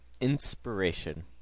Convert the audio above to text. Inspiration